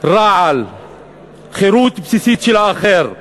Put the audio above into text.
רעל חירות בסיסית של האחר.